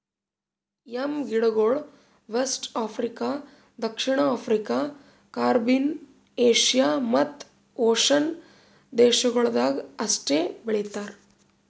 M ಗಿಡಗೊಳ್ West Africa, ದಕ್ಷಿಣ America, Caribbean, Asia ಮತ್ತ್ ಓಷನ್ನ ದೇಶಗೊಳ್ದಾಗ್ ಅಷ್ಟೆ ಬೆಳಿತಾರ್